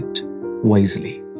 wisely